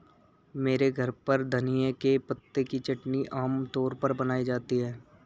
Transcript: मेरे घर पर धनिए के पत्तों की चटनी आम तौर पर बनाई जाती है